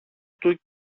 του